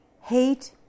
Hate